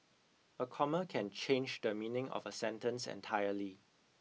a comma can change the meaning of a sentence entirely